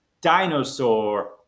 dinosaur